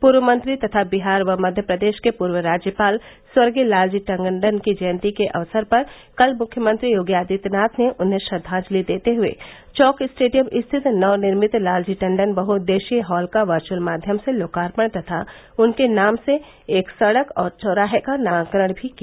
पूर्व मंत्री तथा बिहार व मध्य प्रदेश के पूर्व राज्यपाल स्वर्गीय लालजी टंडन की जयन्ती के अवसर पर कल मुख्यमंत्री योगी आदित्यनाथ ने उन्हें श्रद्वाजलि देते हए चौंक स्टेडियम स्थित नवनिर्मित लालजी टंडन बहुउद्देश्यीय हाल का वर्चुअल माध्यम से लोकार्पण तथा उनके नाम से एक सड़क और चौराहे का नामकरण भी किया